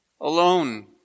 alone